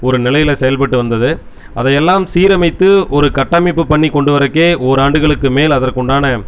ஒரு நிலையில் செயல்பட்டு வந்துது அதையெல்லாம் சீரமைத்து ஒரு கட்டமைப்பு பண்ணி கொண்டு வரதுக்கே ஒர் ஆண்டுகளுக்கு மேல் அதற்குண்டான